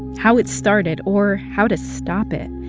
how it started or how to stop it.